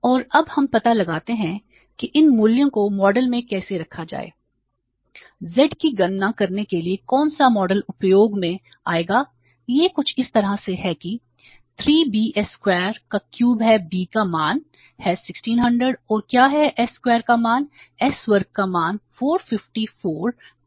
और अब हम पता लगाते हैं कि इन मूल्यों को मॉडल में कैसे रखा जाए z की गणना करने के लिए कौन सा मॉडल उपयोग में आएगा यह कुछ इस तरह से है कि 3 bs स्क्वायर का मान s वर्ग का मान 454 10 पावर10 है